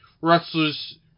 wrestlers